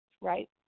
right